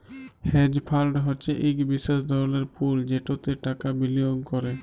hedge fund হছে ইক বিশেষ ধরলের পুল যেটতে টাকা বিলিয়গ ক্যরে